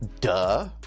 Duh